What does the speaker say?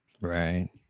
right